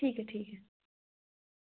ठीक ऐ ठीक ऐ